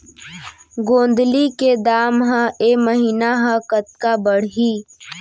गोंदली के दाम ह ऐ महीना ह कतका बढ़ही?